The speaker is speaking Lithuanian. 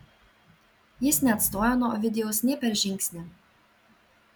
jis neatstojo nuo ovidijaus nė per žingsnį